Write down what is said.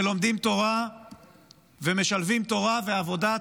שלומדים תורה ומשלבים תורה ועבודה,